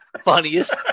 funniest